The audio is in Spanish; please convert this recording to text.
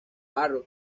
harrow